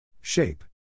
Shape